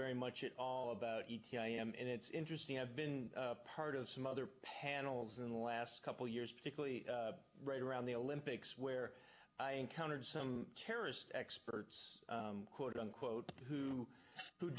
very much at all about it and it's interesting i've been part of some other panels in the last couple of years particularly right around the olympics where i encountered some terrorist experts quote unquote who